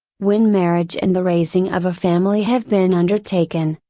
when marriage and the raising of a family have been undertaken,